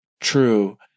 true